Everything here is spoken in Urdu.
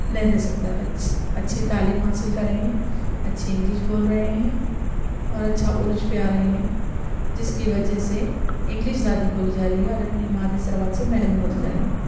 نہیں دے سکتے اور اچھی تعلیم حاصل کر رہے ہیں اچھی انگلش بول رہے ہیں اور اچھا عروج پہ آ رہے ہیں جس کی وجہ سے انگلش زیادہ بولی جا رہی ہے اور اپنی مادری زبان سے محروم ہوتے جا رہے ہیں